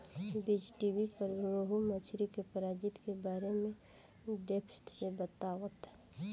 बीज़टीवी पर रोहु मछली के प्रजाति के बारे में डेप्थ से बतावता